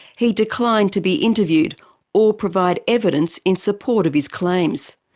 he declined to be interviewed or provide evidence in support of his claims,